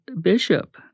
bishop